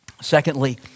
Secondly